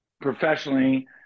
professionally